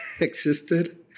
existed